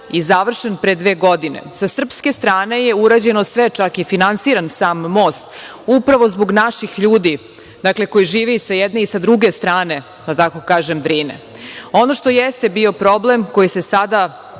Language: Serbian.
i završen pre dve godine. Sa srpske strane je urađeno sve, čak je i finansiran sam most, upravo zbog naših ljudi, dakle, koji žive i sa jedne i sa druge strane, da tako kažem, Drine. Ono što jeste bio problem koji se sada,